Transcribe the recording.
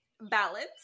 balance